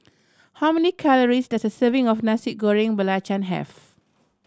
how many calories does a serving of Nasi Goreng Belacan have